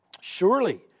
Surely